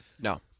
No